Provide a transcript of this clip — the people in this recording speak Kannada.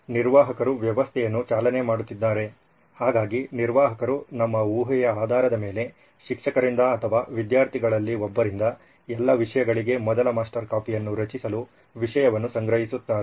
ನಿರ್ವಾಹಕರು ವ್ಯವಸ್ಥೆಯನ್ನು ಚಾಲನೆ ಮಾಡುತ್ತಿದ್ದಾರೆ ಹಾಗಾಗಿ ನಿರ್ವಾಹಕರು ನಮ್ಮ ಊಹೆಯ ಆಧಾರದ ಮೇಲೆ ಶಿಕ್ಷಕರಿಂದ ಅಥವಾ ವಿದ್ಯಾರ್ಥಿಗಳಲ್ಲಿ ಒಬ್ಬರಿಂದ ಎಲ್ಲಾ ವಿಷಯಗಳಿಗೆ ಮೊದಲ ಮಾಸ್ಟರ್ ಕಾಪಿಯನ್ನು ರಚಿಸಲು ವಿಷಯವನ್ನು ಸಂಗ್ರಹಿಸುತ್ತಾರೆ